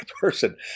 person